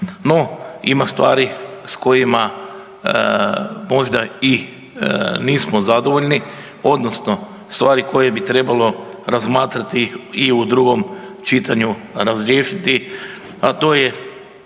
No, ima stvari s kojima i nismo zadovoljni odnosno stvari koje bi trebalo razmatrati i u drugom čitanju razriješiti, a to je